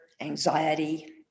anxiety